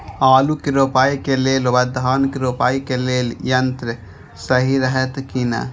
आलु के रोपाई के लेल व धान के रोपाई के लेल यन्त्र सहि रहैत कि ना?